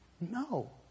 No